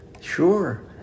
Sure